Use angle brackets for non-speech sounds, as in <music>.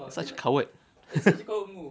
such coward <laughs>